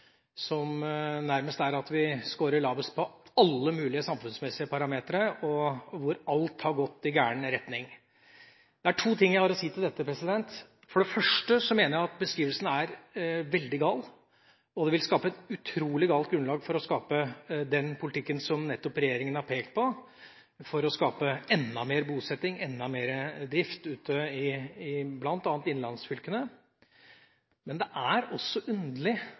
vi nærmest scorer lavest på alle mulige samfunnsmessige parametre og hvor alt har gått i gal retning. Jeg har to ting å si til dette: For det første mener jeg at beskrivelsen er veldig gal, og det vil gi et utrolig galt grunnlag for å skape den politikken som nettopp regjeringa har pekt på, for å skape enda mer bosetting, enda mer drift bl.a. ute i innlandsfylkene. Men det er også underlig